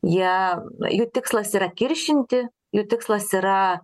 jie jų tikslas yra kiršinti jų tikslas yra